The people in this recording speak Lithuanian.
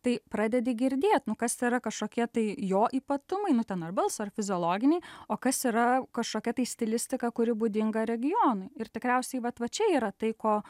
tai pradedi girdėt nu kas tai yra kažkokie tai jo ypatumai nu ten ar balso ar fiziologiniai o kas yra kažkokia tai stilistika kuri būdinga regionui ir tikriausiai vat va čia yra tai ko